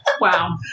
Wow